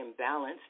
imbalanced